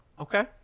Okay